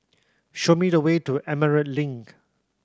show me the way to Emerald Link